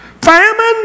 famine